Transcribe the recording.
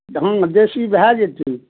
हँ देशी भए जेतै